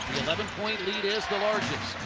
eleven point lead is the largest.